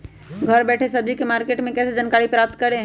घर बैठे सब्जी मार्केट के बारे में कैसे जानकारी प्राप्त करें?